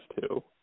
two